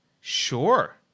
Sure